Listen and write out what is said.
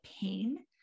pain